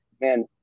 man